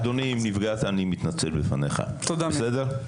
אדוני, אם נפגעת, אני מתנצל בפניך בסדר?